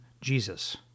Jesus